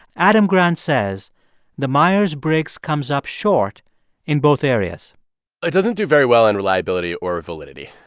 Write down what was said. adam grant says the myers-briggs comes up short in both areas it doesn't do very well in reliability or validity.